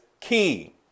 key